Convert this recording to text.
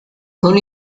con